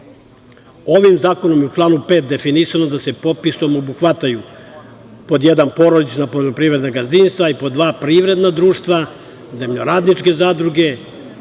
zakonom u članu 5. je definisano da se popisom obuhvataju, pod jedan, porodična poljoprivredna gazdinstva, pod dva, privredna društva, zemljoradničke zadruge,